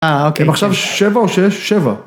אה אוקיי. הם עכשיו שבע או שש? שבע.